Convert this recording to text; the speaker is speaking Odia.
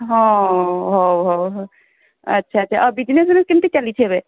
ହଁ ହଉ ହଉ ହଉ ଆଚ୍ଛା ଆଚ୍ଛା ଆଉ ବିଜନେସ କେମିତି ଚାଲିଛି ଏବେ